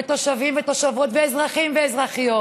תושבים ותושבות ואזרחים ואזרחיות,